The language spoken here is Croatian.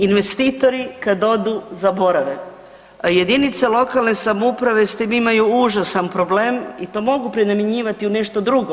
Investitori kad odu zaborave, a jedinice lokalne samouprave s tim imaju užasan problem i to mogu prenamjenjivati u nešto drugo.